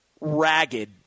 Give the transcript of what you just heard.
ragged